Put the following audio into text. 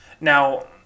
now